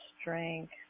strength